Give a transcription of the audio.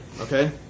okay